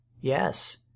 Yes